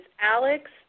Alex